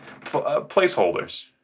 Placeholders